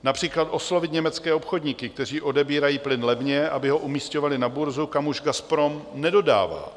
Například oslovit německé obchodníky, kteří odebírají plyn levně, aby ho umisťovali na burzu, kam už Gazprom nedodává.